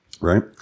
right